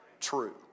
true